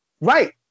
Right